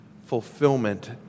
fulfillment